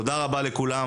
תודה רבה לכולם.